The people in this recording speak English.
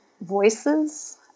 voices